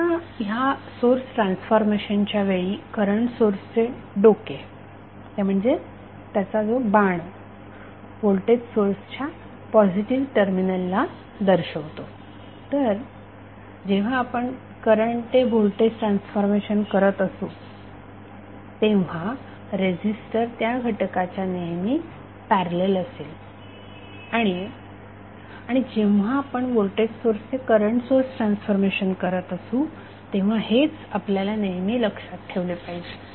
आता ह्या सोर्स ट्रान्सफॉर्मेशनच्या वेळी करंट सोर्सचे डोके ते म्हणजे त्याचा बाण व्होल्टेज सोर्सच्या पॉझिटिव्ह टर्मिनलला दर्शवतो तर जेव्हा आपण करंट ते व्होल्टेज सोर्स ट्रान्सफॉर्मेशन करत असू तेव्हा रेझीस्टर त्या घटकाच्या नेहमी पॅरलल असेल आणि आणि जेव्हा आपण व्होल्टेज सोर्स ते करंट सोर्स ट्रान्सफॉर्मेशन करत असू तेव्हा हेच आपल्याला नेहमी लक्षात ठेवले पाहिजे